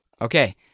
Okay